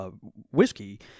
whiskey